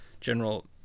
General